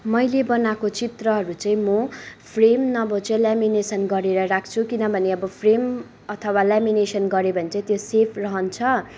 मैले बनाएको चित्रहरू चाहिँ म फ्रेम नभए चाहिँ लेमिनेसन गरेर राख्छु किनभने अब फ्रेम अथवा लेमिनेसन गरेँ भने चाहिँ त्यो सेफ रहन्छ